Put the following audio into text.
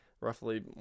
Roughly